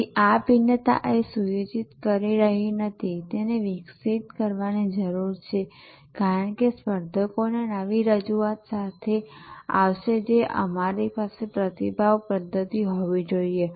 તેથી આ ભિન્નતા એ સુયોજિત કરી રહી નથી કે તેને વિકસિત કરવાની જરૂર છે કારણ કે સ્પર્ધકો નવી રજૂઆત સાથે આવશે જે તમારી પાસે પ્રતિભાવ પદ્ધતિ હોવી જોઈએ